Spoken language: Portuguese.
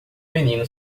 menino